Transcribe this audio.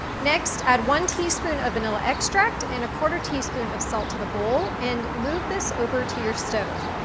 next, add one teaspoon of vanilla extract and a quarter teaspoon of salt to the bowl, and move this over to your stove.